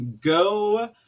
go